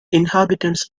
inhabitants